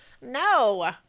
No